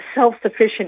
self-sufficient